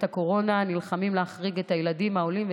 הקורונה נלחמים להחריג את הילדים העולים,